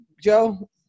Joe